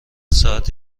ساعت